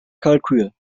kalkül